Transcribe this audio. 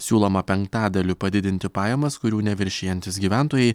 siūloma penktadaliu padidinti pajamas kurių neviršijantys gyventojai